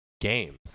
games